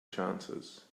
chances